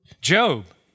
Job